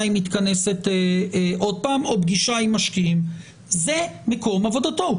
היא מתכנסת שוב או שזאת פגישה עם משקיעים אלא זה מקום עבודתו.